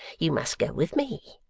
you must go with me.